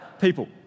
people